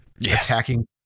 attacking